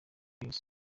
yose